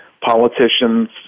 politicians